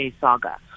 saga